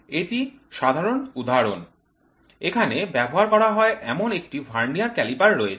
একটি সাধারণ উদাহরণ এখানে ব্যবহার করা হয় এমন একটি ভার্নিয়ার ক্যালিপার রয়েছে